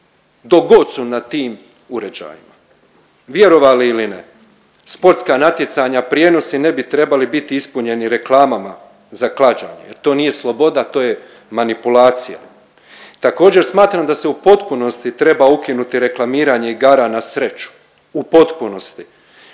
god su na tim uređajima, vjerovali ili ne. Sportska natjecanja, prijenosi ne bi trebali biti ispunjeni reklamama za klađenje jer to nije sloboda, to je manipulacija. Također smatram da se u potpunosti treba ukinuti reklamiranje igara na sreću. U potpunosti.